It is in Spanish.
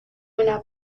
una